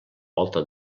volta